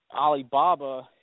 Alibaba